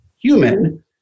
human